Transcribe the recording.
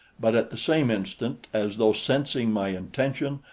but at the same instant, as though sensing my intention,